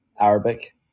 arabic